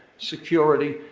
security,